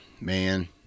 man